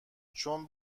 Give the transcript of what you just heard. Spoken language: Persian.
چون